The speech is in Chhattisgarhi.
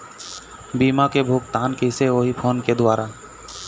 बीमा के भुगतान कइसे होही फ़ोन के द्वारा?